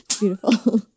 Beautiful